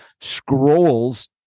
scrolls